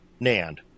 NAND